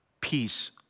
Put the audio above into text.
peace